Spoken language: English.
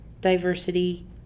diversity